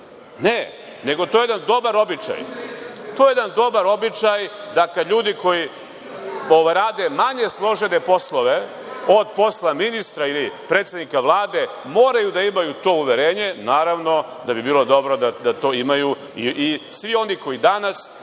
Ne, nego to je jedan dobar običaj. To je jedan dobar običaj, dakle ljudi koji rade manje složene poslove od posla ministra ili predsednika Vlade, moraju da imaju to uverenje, naravno da bi bilo dobro da to imaju i svi oni koji danas